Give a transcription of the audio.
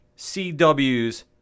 CW's